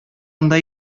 анда